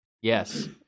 Yes